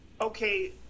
Okay